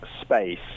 space